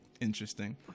Interesting